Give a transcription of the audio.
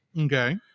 okay